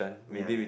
ya ya